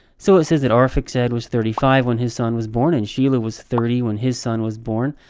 so it says that arphaxad was thirty five when his son was born, and shelah was thirty when his son was born.